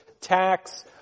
tax